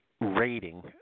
rating